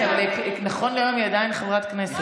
אבל נכון להיום היא עדיין חברת כנסת.